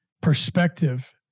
perspective